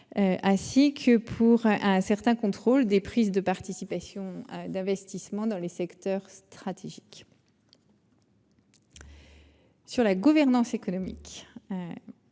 l'instauration d'un contrôle des prises de participation et des investissements dans les secteurs stratégiques. Sur la gouvernance économique,